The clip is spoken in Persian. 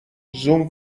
زوم